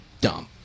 dumb